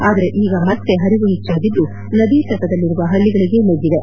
ಆದರೆ ಈಗ ಮತ್ತೆ ಹರಿವು ಹೆಚ್ಚಾಗಿದ್ದು ನದಿ ತಟದಲ್ಲಿರುವ ಹಳ್ಳಗಳಿಗೆ ನುಗ್ಗಿದೆ